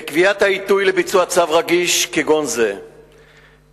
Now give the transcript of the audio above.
בקביעת העיתוי לביצוע צו רגיש כגון זה המשטרה